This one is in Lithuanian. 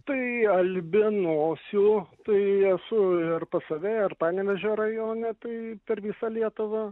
tai albinosių tai esu ir pas save ir panevėžio rajone tai per visą lietuvą